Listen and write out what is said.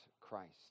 Christ